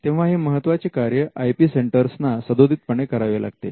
तेव्हा हे महत्त्वाचे कार्य आय पी सेंटर्स ना सदोदित पणे करावे लागते